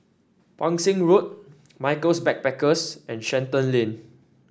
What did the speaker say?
Pang Seng Road Michaels Backpackers and Shenton Lane